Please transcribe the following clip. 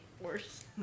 worse